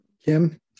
Kim